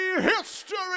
History